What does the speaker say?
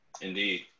Indeed